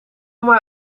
maar